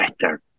better